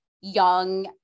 young